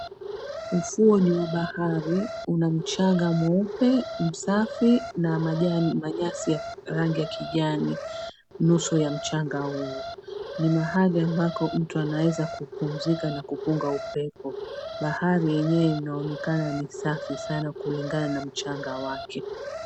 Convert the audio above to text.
Ufu𝑜ni 𝑚𝑤a bahari una mchanga mweupe, msafi na majani manyasi ya rangi ya kijani mwisho wa mchanga huo, ni mahali 𝑎𝑚𝑏𝑎𝑝𝑜 mtu anaweza kupumzika na kupunga upepo, bahari yenyewe inaonekana ni safi sana kulingana na mchanga wake.